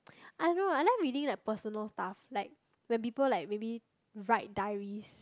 I don't know I like reading like personal stuff like when people like maybe write diaries